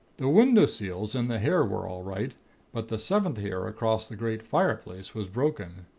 the window seals and the hair were all right but the seventh hair across the great fireplace was broken.